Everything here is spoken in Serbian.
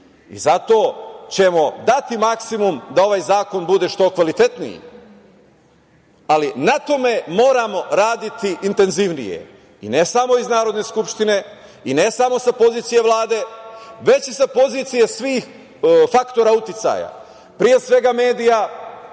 i zato ćemo dati maksimum da ovaj zakon bude što kvalitetniji, ali na tome moramo raditi intenzivnije i ne samo iz Narodne skupštine i ne samo sa pozicije Vlade, već i sa pozicije svih faktora uticaja, pre svega medija,